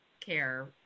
care